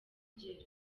ugera